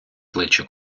плечі